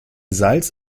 salz